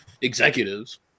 executives